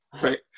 Right